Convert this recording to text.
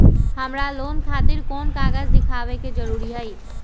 हमरा लोन खतिर कोन कागज दिखावे के जरूरी हई?